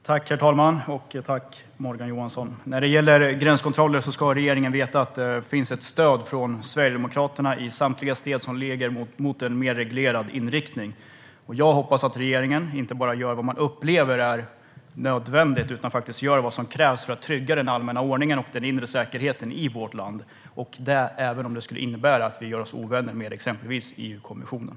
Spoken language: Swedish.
Herr talman! Tack, Morgan Johansson! När det gäller gränskontroller ska regeringen veta att det finns ett stöd från Sverigedemokraterna i samtliga steg som leder mot en mer reglerad inriktning. Jag hoppas att regeringen inte bara gör vad den upplever är nödvändigt utan gör vad som krävs för att trygga den allmänna ordningen och den inre säkerheten i vårt land, och det även om det skulle innebära att vi gör oss till ovänner med exempelvis EU-kommissionen.